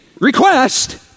request